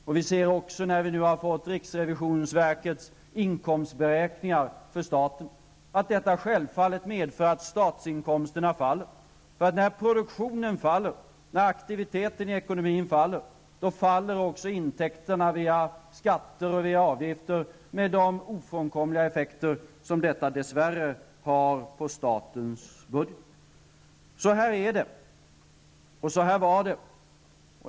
När vi nu också har fått riksrevisionsverkets inkomstberäkningar för staten ser vi att detta självfallet medför att statens inkomster faller. När produktionen faller och när aktiviteten i ekonomin faller, då faller också intäkterna via skatter och via avgifter med de oframkomliga effekter som detta dess värre har på statens budget. Så är det.